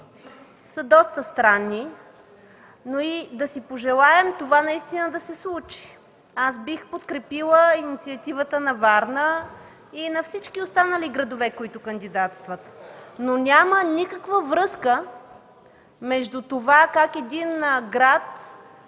са доста странни, нека да си пожелаем това наистина да се случи. Аз бих подкрепила инициативата на Варна и на всички останали градове, които кандидатстват, но няма никаква връзка между това как един град,